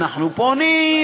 אנחנו פונים,